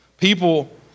People